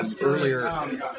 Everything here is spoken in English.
earlier